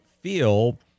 feel